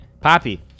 Poppy